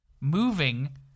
moving